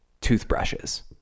toothbrushes